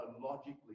logically